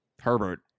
Herbert